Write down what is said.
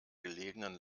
gelegenen